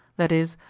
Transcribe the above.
that is,